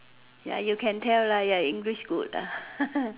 ya you can tell lah your English good ah